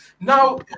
Now